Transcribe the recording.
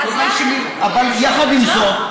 אבל יחד עם זה,